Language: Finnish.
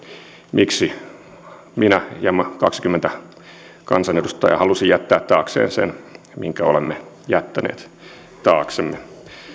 miksi minä ja nämä kaksikymmentä kansanedustajaa halusimme jättää taakseen sen minkä olemme jättäneet taaksemme